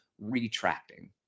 retracting